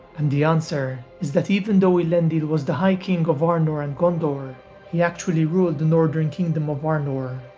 and the answer is that even though elendil was the high king of arnor and gondor he actually ruled the northern kingdom of arnor,